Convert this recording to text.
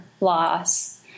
loss